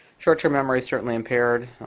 short-term memory is certainly impaired.